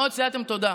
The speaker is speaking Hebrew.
מאוד סייעתם, תודה.